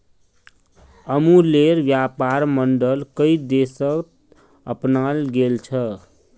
अमूलेर व्यापर मॉडल कई देशत अपनाल गेल छ